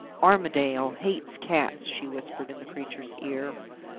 armadale hates cats, she whispered in the creature's ear.